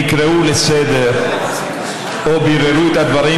נקראו לסדר או לבירור של הדברים,